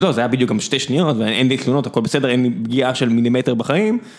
לא, זה היה בדיוק גם שתי שניות ואין לי תלונות, הכל בסדר, אין לי פגיעה של מילימטר בחיים.